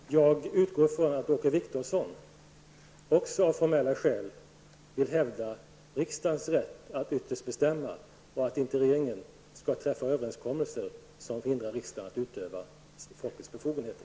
Fru talman! Jag utgår ifrån att också Åke Wictorsson av formella skäl vill hävda riksdagens rätt att ytterst bestämma och att inte regeringen inte skall träffa överenskommelser som förhindrar riksdagen att utöva folkets befogenheter.